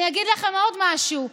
אני אגיד לכם עוד משהו: